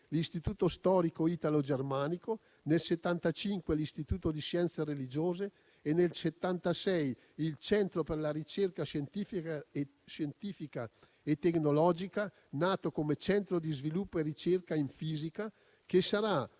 l'Istituto storico italo-germanico, nel 1975 l'Istituto di scienze religiose e nel 1976 il Centro per la ricerca scientifica e tecnologica, nato come Centro di sviluppo e ricerca in fisica, che sarà